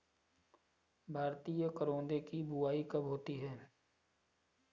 भारतीय करौदे की बुवाई कब होती है?